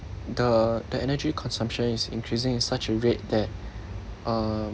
the the energy consumption is increasing at such a rate that uh